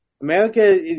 America